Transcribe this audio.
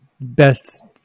best –